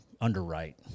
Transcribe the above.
underwrite